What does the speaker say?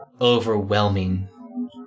overwhelming